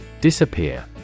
Disappear